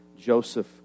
Joseph